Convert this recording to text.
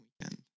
weekend